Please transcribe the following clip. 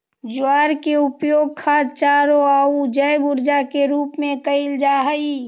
ज्वार के उपयोग खाद्य चारों आउ जैव ऊर्जा के रूप में कयल जा हई